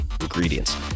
ingredients